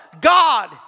God